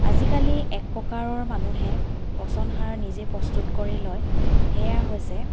আজিকালি এক প্ৰকাৰৰ মানুহে পচন সাৰ নিজে প্ৰস্তুত কৰি লয় সেয়া হৈছে